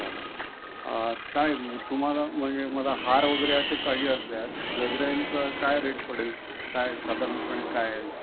अच्छा काय तुम्हाला म्हणजे मला हार वगैरे असे पाहिजे असल्यास गजऱ्यांचं काय रेट पडेल काय साधारणपणे काय आहे